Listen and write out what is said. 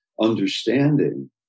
understanding